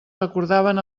recordaven